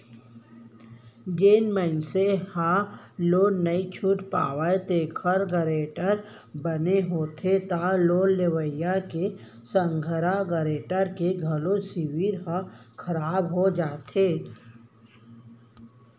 जेन मनसे ह लोन नइ छूट पावय तेखर गारेंटर बने होथे त लोन लेवइया के संघरा गारेंटर के घलो सिविल ह खराब हो जाथे